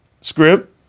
script